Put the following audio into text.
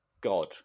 God